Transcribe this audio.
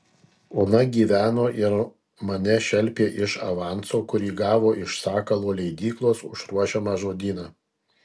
ona gyveno ir mane šelpė iš avanso kurį gavo iš sakalo leidyklos už ruošiamą žodyną